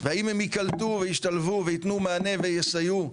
והאם הם ייקלטו וישתלבו וייתנו מענה ויסייעו,